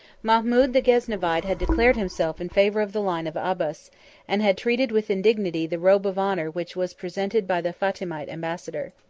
mahmud the gaznevide had declared himself in favor of the line of abbas and had treated with indignity the robe of honor which was presented by the fatimite ambassador.